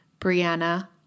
Brianna